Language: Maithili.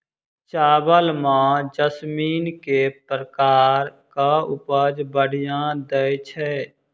चावल म जैसमिन केँ प्रकार कऽ उपज बढ़िया दैय छै?